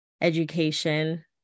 education